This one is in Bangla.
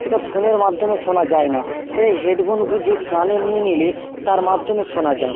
সেটা ফোনের মাধ্যমে শোনা যায় না সেটা হেডফোন গুঁজে কানে নিয়ে নিলে তার মাধ্যমে শোনা যায়